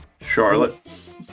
Charlotte